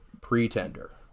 pretender